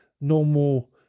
normal